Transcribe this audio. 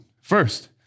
First